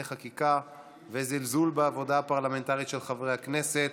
חקיקה וזלזול בעבודה הפרלמנטרית של חברי הכנסת,